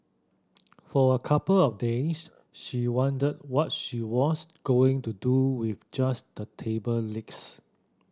for a couple of days she wondered what she was going to do with just the table legs